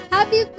Happy